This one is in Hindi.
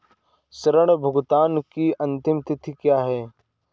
ऋण भुगतान की अंतिम तिथि क्या है?